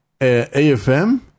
AFM